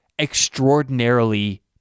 extraordinarily